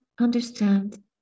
understand